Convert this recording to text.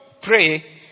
pray